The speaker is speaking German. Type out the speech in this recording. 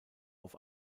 auf